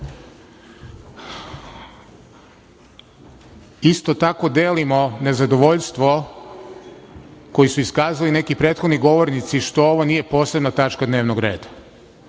nije. Isto tako delimo nezadovoljstvo koje su iskazali neki prethodni govornici što ovo nije posebna tačka dnevnog reda,